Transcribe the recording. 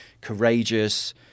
courageous